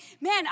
Man